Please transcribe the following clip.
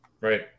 Right